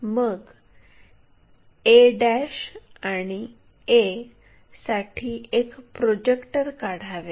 मग a आणि a साठी एक प्रोजेक्टर काढावे